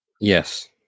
Yes